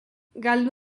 galdu